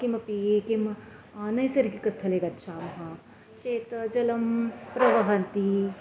किमपि किं नैसर्गिकस्थले गच्छामः चेत् जलं प्रवहन्ति